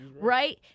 right